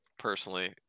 Personally